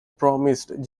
promised